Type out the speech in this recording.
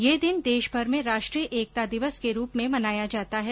यह दिन देशभर में राष्ट्रीय एकता दिवस के रूप में मनाया जाता है